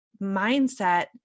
mindset